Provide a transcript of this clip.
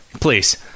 Please